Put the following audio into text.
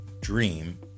dream